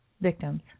victims